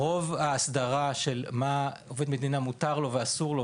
רוב ההסדרה של מה לעובד מדינה מותר ואסור לעשות,